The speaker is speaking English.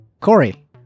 Corey